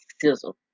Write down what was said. sizzle